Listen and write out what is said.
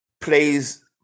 plays